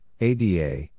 ADA